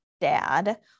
dad